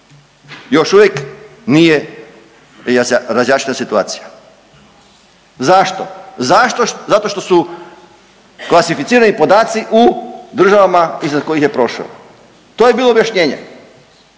još uvijek nije razjašnjena situacija. Zato? Zato što su klasificirani podaci u državama iznad kojih je prošao. To je bilo objašnjenje.